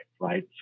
right